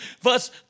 Verse